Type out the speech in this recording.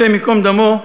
השם ייקום דמו,